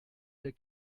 der